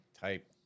type